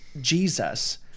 Jesus